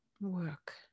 work